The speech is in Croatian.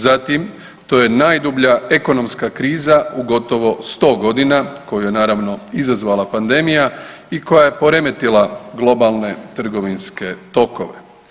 Zatim to je najdublja ekonomska kriza u gotovo 100 godina koju je naravno izazvala pandemija i koja je poremetila globalne trgovinske tokove.